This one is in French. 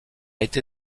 été